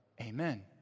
Amen